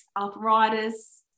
arthritis